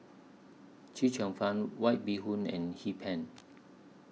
Chee Cheong Fun White Bee Hoon and Hee Pan